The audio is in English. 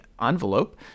envelope